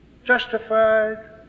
Justified